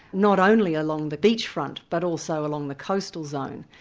not only along the beachfront, but also along the coastal zone.